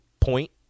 point